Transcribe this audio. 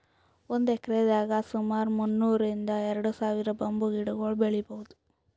ಒಂದ್ ಎಕ್ರೆದಾಗ್ ಸುಮಾರ್ ಮುನ್ನೂರ್ರಿಂದ್ ಎರಡ ಸಾವಿರ್ ಬಂಬೂ ಗಿಡಗೊಳ್ ಬೆಳೀಭೌದು